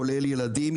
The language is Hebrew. כולל ילדים.